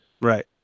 Right